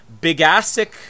Bigassic